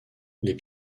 les